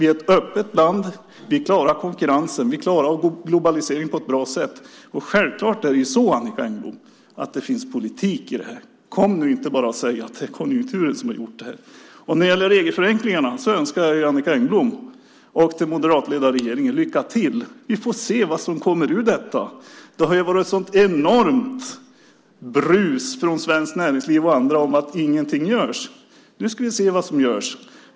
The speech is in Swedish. Vi är ett öppet land, och vi klarar konkurrensen och globaliseringen på ett bra sätt. Självklart finns det, Annicka Engblom, politik i detta, så kom inte och säg att det bara är konjunkturen som har gjort det här! När det gäller regelförenklingarna önskar jag Annicka Engblom och den moderatledda regeringen lycka till. Vi får se vad som kommer ur detta. Det har ju varit ett enormt brus från Svenskt Näringsliv och andra om att ingenting görs. Nu ska vi se vad som görs.